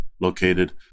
located